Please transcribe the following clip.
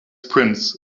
sprints